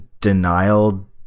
denial